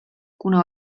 kuna